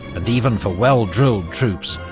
and even for well-drilled troops,